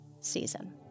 season